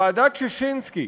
ועדת ששינסקי,